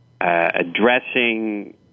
addressing